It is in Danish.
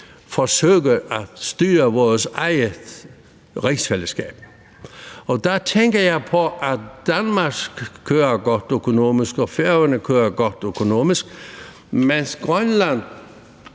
forsøger at styre vores eget rigsfællesskab. Der tænker jeg på, at Danmark kører godt økonomisk, og at Færøerne kører godt økonomisk, mens Grønland